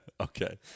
okay